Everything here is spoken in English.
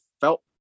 felt